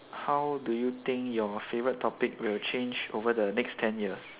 how do you think your favorite topic will change over the next ten years